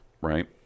right